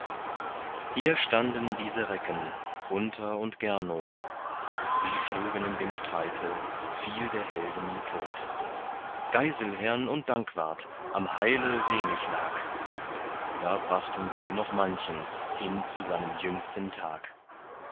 hier standen diese recken gunther und gernot sie schlugen in dem streite viel der helden tot geiselhern und dankwart am heile wenig lag da brachten sie noch manchen hin zu seinem jüngsten tag